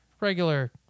regular